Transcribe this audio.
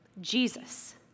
Jesus